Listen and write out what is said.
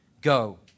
Go